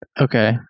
Okay